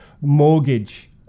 mortgage